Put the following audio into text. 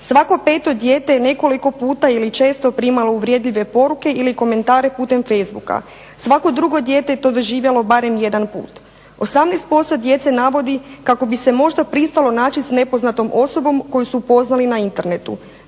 Svako peto dijete nekoliko puta ili često primalo uvredljive poruke ili komentare putem Facebooka. Svako drugo dijete je to doživjelo barem jedan put. 18% djece navodi kako bi se možda pristalo naći s nepoznatom osobom koju su upoznali na internetu